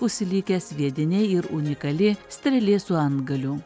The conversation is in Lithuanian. užsilikę sviediniai ir unikali strėlė su antgaliu